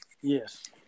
Yes